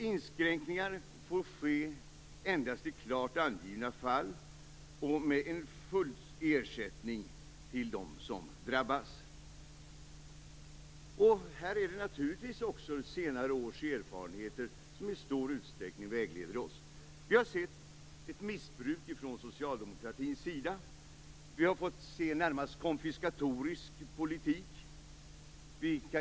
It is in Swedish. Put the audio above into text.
Inskränkningar får ske endast i klart angivna fall och med full ersättning till dem som drabbas. Också här är det naturligtvis de senaste årens erfarenheter som i stor utsträckning vägleder oss. Vi har sett ett missbruk från socialdemokratins sida. Vi har fått se en närmast konfiskatorisk politik.